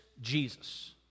Jesus